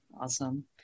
Awesome